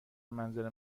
منزل